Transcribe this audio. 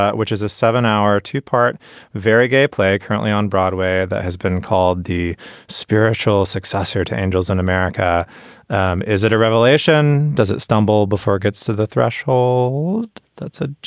ah which is a seven hour, two part very gay play currently on broadway that has been called the spiritual successor to angels in america um is it a revelation? does it stumble before it gets to the threshold? that's a